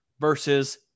Versus